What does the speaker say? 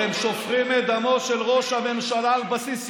אתם שופכים את דמו של ראש הממשלה על בסיס יומי,